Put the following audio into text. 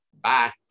Bye